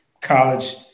college